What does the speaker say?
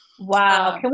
Wow